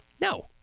No